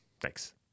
Thanks